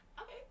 Okay